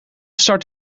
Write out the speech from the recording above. start